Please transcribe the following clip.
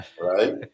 right